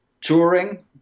touring